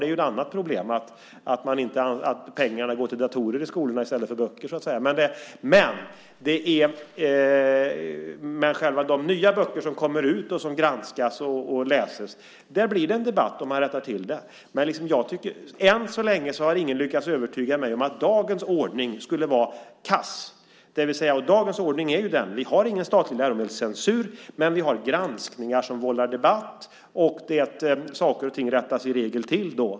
Ett annat problem är att pengarna går till datorerna i skolorna i stället för böcker. De nya böcker som kommer ut och som granskas och läses blir det en debatt om, och man rättar till det. Än så länge har ingen lyckats övertyga mig om att dagens ordning skulle vara kass. Dagens ordning är den att vi inte har någon statlig läromedelscensur. Men vi har granskningar som vållar debatt. Saker och ting rättas i regel till då.